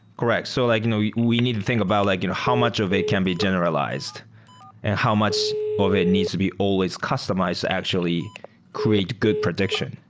correct. so like you know yeah we need to think about like you know how much of it can be generalized and how much of it needs to be always customized to actually create good prediction.